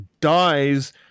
dies